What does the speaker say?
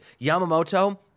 Yamamoto